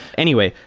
anyway,